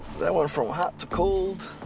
that went from hot to cold.